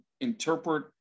interpret